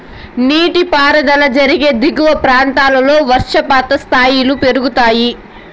నీటిపారుదల జరిగే దిగువ ప్రాంతాల్లో వర్షపాతం స్థాయిలు పెరుగుతాయి